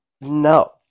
No